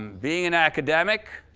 being an academic,